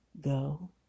go